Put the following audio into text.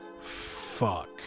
fuck